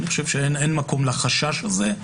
אין מקום לחשש הזה,